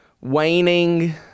waning